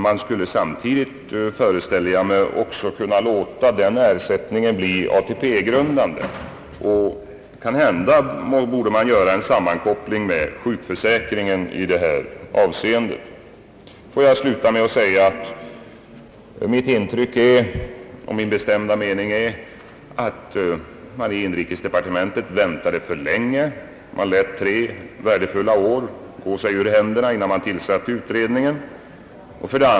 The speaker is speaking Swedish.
Man skulle samtidigt, föreställer jag mig, kunna låta denna ersättning bli ATP-grundande. Man borde kanhända göra en sammankoppling med sjukförsäkringen i detta avseende. Min bestämda mening är, att man i inrikesdepartementet väntade för länge. Man lät tre värdefulla år gå sig ur händerna innan man tillsatte utredningen.